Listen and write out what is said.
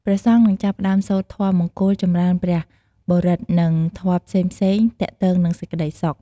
ព្រះសង្ឃនឹងចាប់ផ្ដើមសូត្រធម៌មង្គល ចម្រើនព្រះបរិត្ត និងធម៌ផ្សេងៗទាក់ទងនឹងសេចក្ដីសុខ។